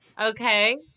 Okay